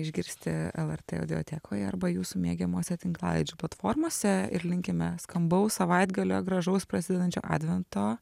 išgirsti lrt audiotekoje arba jūsų mėgiamose tinklalaidžių platformose ir linkime skambaus savaitgalio gražaus prasidedančio advento